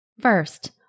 First